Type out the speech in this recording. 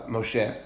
Moshe